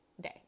day